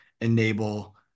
enable